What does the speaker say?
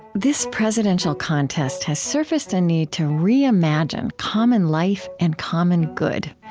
this presidential contest has surfaced a need to reimagine common life and common good.